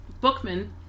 Bookman